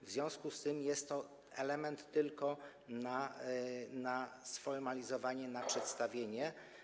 W związku z tym jest to element tylko na sformalizowanie, na przedstawienie.